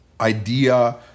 idea